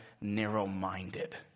narrow-minded